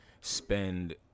spend